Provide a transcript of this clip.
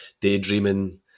daydreaming